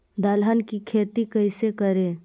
दलहन की खेती कैसे करें?